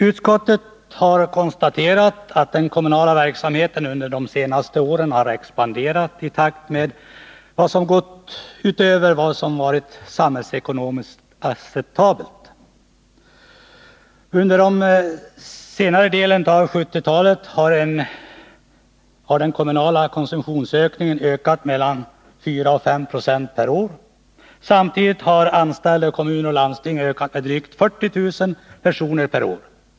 Utskottet konstaterar att den kommunala verksamheten de senaste åren har expanderat i en högre takt än vad som varit samhällsekonomiskt acceptabelt. Under senare delen av 1970-talet har den kommunala konsumtionen ökat med mellan 4 och 5 26 per år. Samtidigt har antalet anställda i kommuner och landsting ökat med drygt 40 000 personer per år.